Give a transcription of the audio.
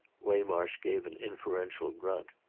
waymarsh gave an inferential grunt.